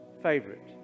favorite